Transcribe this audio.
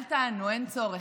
אל תענו, אין צורך.